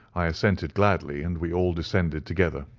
i assented gladly, and we all descended together.